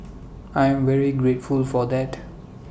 I'm very grateful for that